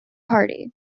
party